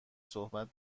صحبت